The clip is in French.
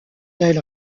del